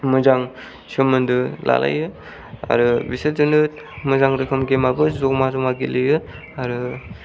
मोजां सोमोनदो लालायो आरो बिसोरजोंनो मोजां रोखोम गेम आबो जमा जमा गेलेयो आरो